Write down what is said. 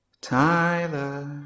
Tyler